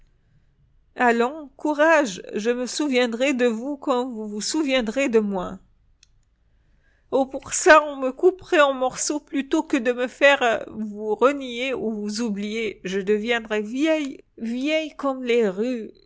allons courage je me souviendrai de vous comme vous vous souviendrez de moi oh pour ça on me couperait en morceaux plutôt que de me faire vous renier ou vous oublier je deviendrais vieille vieille comme les rues